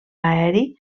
aeri